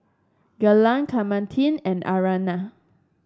Glen Clementine and Aryana